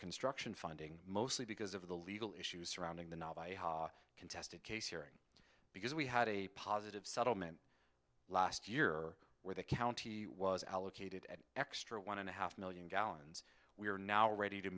construction funding mostly because of the legal issues surrounding the contested case hearing because we had a positive settlement last year where the county was allocated at extra one and a half million gallons we are now ready to